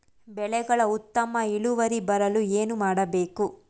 ಬೆಳೆಗಳ ಉತ್ತಮ ಇಳುವರಿ ಬರಲು ಏನು ಮಾಡಬೇಕು?